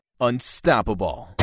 unstoppable